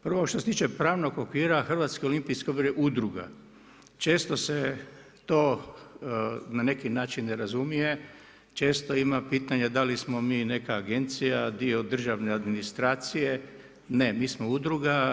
Prvo što se tiče pravnog okvira HOO je udruga, često se to na neki način ne razumije, često ima pitanja da li smo mi neka agencija, dio državne administracije, ne, mi smo udruga.